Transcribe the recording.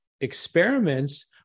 experiments